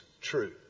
true